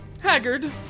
Haggard